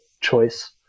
choice